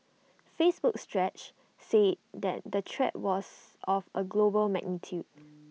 Facebook's stretch said that the threat was of A global magnitude